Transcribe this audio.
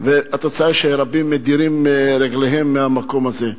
והתוצאה היא שרבים מדירים רגליהם מהמקום הזה.